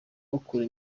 bakora